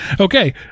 okay